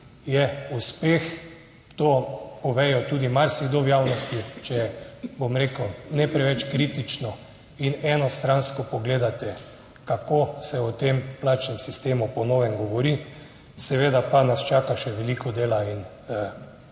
je uspeh. To povedo tudi marsikdo v javnosti, če bom rekel ne preveč kritično in enostransko pogledate, kako se o tem plačnem sistemu po novem govori. Seveda pa nas čaka še veliko dela in gospod